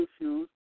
issues